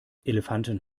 elefanten